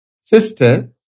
sister